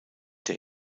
der